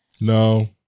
No